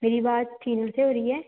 मेरी बात टीना से हो रही है